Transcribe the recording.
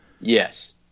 yes